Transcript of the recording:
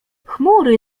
chmury